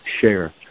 share